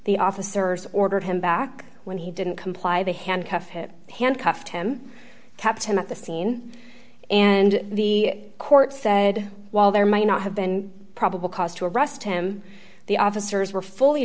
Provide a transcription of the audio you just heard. the officers ordered him back when he didn't comply they handcuffed him handcuffed him kept him at the scene and the court said while there may not have been probable cause to arrest him the officers were fully